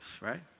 right